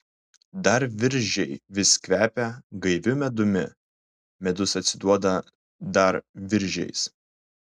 dar viržiai vis kvepia gaiviu medumi medus atsiduoda dar viržiais